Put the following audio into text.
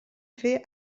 fer